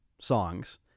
songs